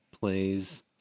plays